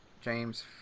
James